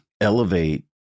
elevate